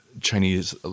Chinese